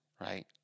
right